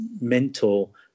mental